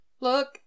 Look